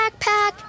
backpack